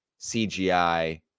CGI